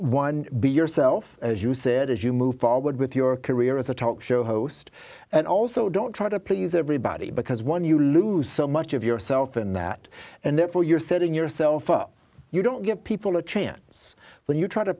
one be yourself as you said as you move forward with your career as a talk show host and also don't try to please everybody because when you lose so much of yourself in that and therefore you're setting yourself up you don't give people a chance when you try